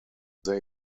they